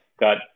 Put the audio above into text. got